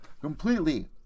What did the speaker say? Completely